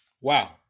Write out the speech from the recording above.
wow